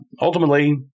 ultimately